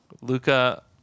Luca